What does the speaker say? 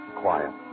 quiet